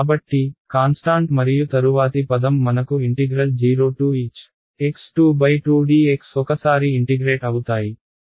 కాబట్టి కాన్స్టాంట్ మరియు తరువాతి పదం మనకు 0hx22 dx ఒకసారి ఇంటిగ్రేట్ అవుతాయి